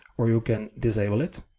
or you can disable it.